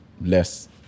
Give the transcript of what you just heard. less